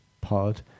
pod